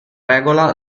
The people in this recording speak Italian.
regola